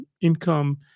income